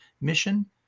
mission